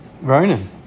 Ronan